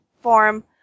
form